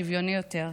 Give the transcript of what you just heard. שוויוני יותר.